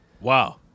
Wow